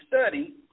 study